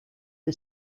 que